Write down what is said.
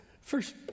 First